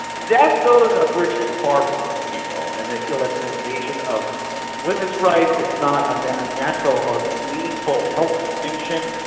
that goes a bridge too far for most people, and they feel that's an invasion of women's rights it's not and a natural or meaningful health distinction.